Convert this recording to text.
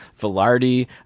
Villardi